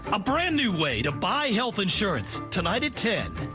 a brand new way to buy health insurance tonight at ten.